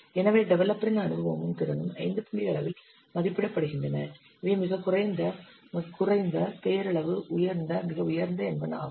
எனவே டெவலப்பரின் அனுபவமும் திறனும் 5 புள்ளி அளவில் மதிப்பிடப்படுகின்றன இவை மிகக் குறைந்த குறைந்த பெயரளவு உயர்ந்த மிக உயர்ந்த என்பன ஆகும்